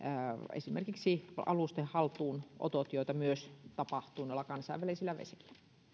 esimerkiksi aseelliset alusten haltuunotot joita myös tapahtuu kansainvälisillä vesillä